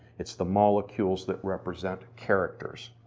it's the molecules that represent characters.